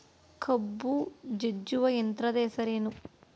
ಕಬ್ಬು ಜಜ್ಜುವ ಯಂತ್ರದ ಹೆಸರೇನು?